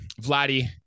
Vladdy